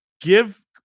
Give